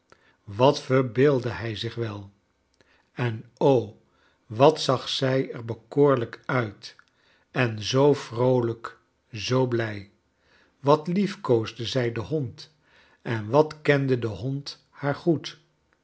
wat verbeeldde hij zich wel en o wat zag zij er bekoorlijk uit en zoo vroolijk zoo blij wat liefkoosde zij den hond en wat kende de hond haar goed